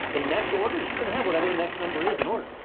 the next order is just gonna have whatever the next number is in order.